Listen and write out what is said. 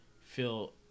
feel